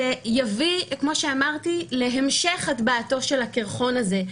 זה דבר שיביא להמשך הטבעתו של הקרחון הזה.